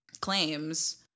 claims